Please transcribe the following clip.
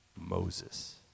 Moses